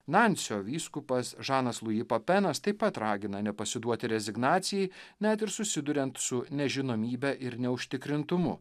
nansio vyskupas žanas luji papenas taip pat ragina nepasiduoti rezignacijai net ir susiduriant su nežinomybe ir neužtikrintumu